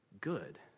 good